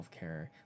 healthcare